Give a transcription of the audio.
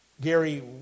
Gary